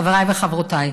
חבריי וחברותיי,